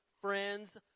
friends